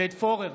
עודד פורר,